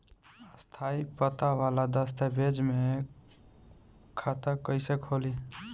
स्थायी पता वाला दस्तावेज़ से खाता कैसे खुली?